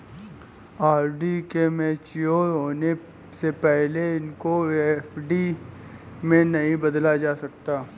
RD के mature होने से पहले इसको एफ.डी में नहीं बदला जा सकता